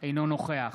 אינו נוכח